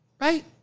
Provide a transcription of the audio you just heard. right